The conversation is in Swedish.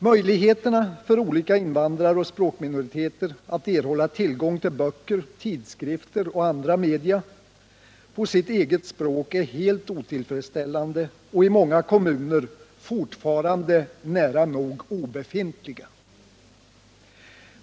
Möjligheterna för olika invandraroch språkminoriteter att erhålla tillgång till böcker, tidskrifter och andra media på deras eget språk är helt otillfredsställande och i många kommuner fortfarande nära nog obefintliga.